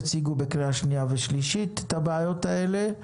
יציגו בקריאה שנייה ושלישית את הבעיות האלה.